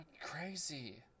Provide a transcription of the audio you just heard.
crazy